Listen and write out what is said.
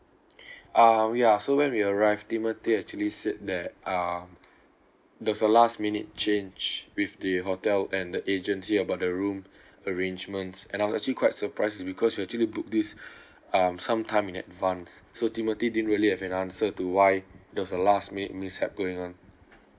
uh ya so when we arrived timothy actually said that um there's a last minute change with the hotel and the agency about the room arrangements and I was actually quite surprised because we actually booked this um some time in advance so timothy didn't really have an answer to why there was a last minute mishap going on